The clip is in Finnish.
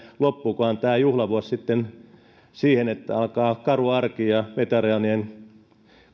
loppuukohan tämä juhlavuosi sitten siihen että alkaa karu arki ja veteraanien